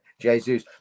Jesus